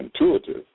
intuitive